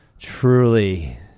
Truly